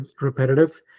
repetitive